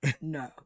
No